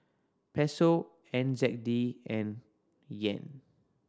Peso N Z D and Yen